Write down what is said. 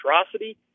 atrocity